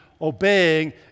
obeying